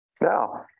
Now